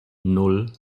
nan